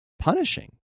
punishing